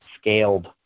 scaled